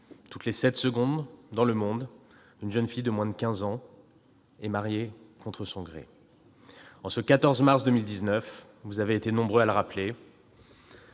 Toutes les sept secondes dans le monde, une jeune fille de moins de 15 ans est mariée contre son gré. En ce 14 mars 2019, vous avez été nombreux à le rappeler,